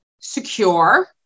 secure